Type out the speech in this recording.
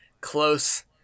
close